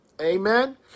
Amen